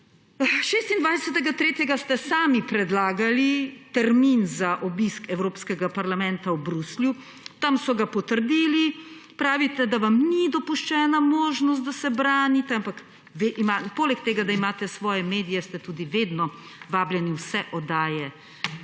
26. 3. ste sami predlagali termin za obisk Evropskega parlamenta v Bruslju, tam so ga potrdili. Pravite, da vam ni dopuščena možnost, da se branite, ampak poleg tega, da imate svoje medije, ste tudi vedno vabljeni v vse oddaje,